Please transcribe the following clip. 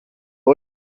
voi